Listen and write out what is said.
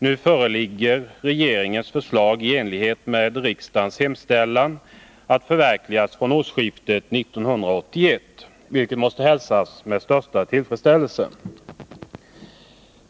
Nu föreligger regeringens förslag i enlighet med riksdagens hemställan att förverkligas från årsskiftet 1981, vilket måste hälsas med tillfredsställelse.